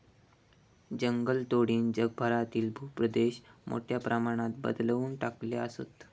जंगलतोडीनं जगभरातील भूप्रदेश मोठ्या प्रमाणात बदलवून टाकले आसत